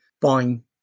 buying